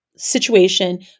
situation